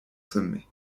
sommet